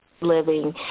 living